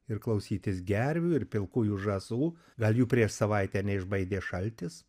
ir klausytis gervių ir pilkųjų žąsų gal jų prieš savaitę neišbaidė šaltis